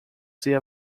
ser